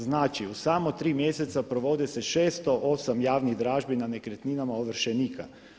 Znači u samo 3 mjeseca provodi se 608 javnih dražbi na nekretninama ovršenika.